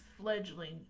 fledgling